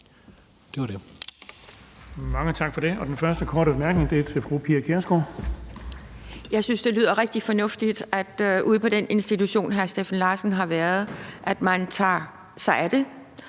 Det var det.